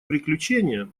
приключение